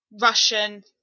Russian